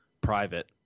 private